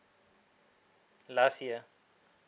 last year